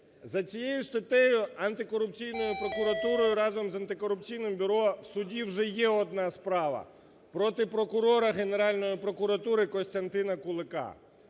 За цією статтею Антикорупційною прокуратурою разом з Антикорупційним бюро в суді вже є одна справа проти прокурора Генеральної прокуратури Костянтина Кулика.